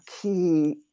key